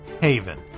Haven